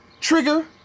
Trigger